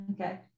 Okay